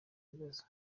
ibibazo